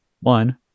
one